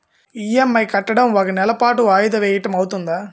EMI కట్టడం ఒక నెల పాటు వాయిదా వేయటం అవ్తుందా?